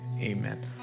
amen